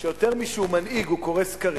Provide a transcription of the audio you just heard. שיותר משהוא מנהיג הוא קורא ספרים,